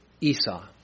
Esau